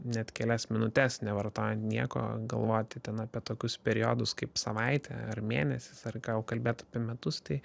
net kelias minutes nevartojant nieko galvoti ten apie tokius periodus kaip savaitė ar mėnesis ar ką jau kalbėt apie metus tai